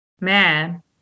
man